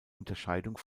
unterscheidung